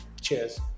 Cheers